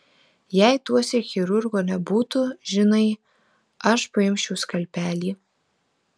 jei tuosyk chirurgo nebūtų žinai aš paimčiau skalpelį